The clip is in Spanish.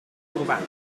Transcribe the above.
urbanos